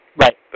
Right